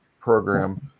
program